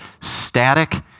static